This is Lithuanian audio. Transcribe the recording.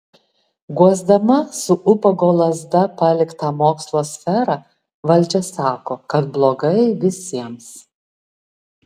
guosdama su ubago lazda paliktą mokslo sferą valdžia sako kad blogai visiems